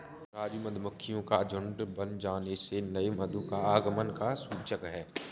राजू मधुमक्खियों का झुंड बन जाने से नए मधु का आगमन का सूचक है